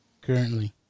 Currently